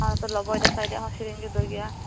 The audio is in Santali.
ᱟᱨ ᱱᱚᱛᱮ ᱞᱚᱵᱚᱭ ᱫᱟᱥᱟᱸᱭ ᱨᱮᱭᱟᱜ ᱦᱚᱸ ᱥᱮᱨᱮᱧ ᱡᱩᱫᱟᱹ ᱜᱮᱭᱟ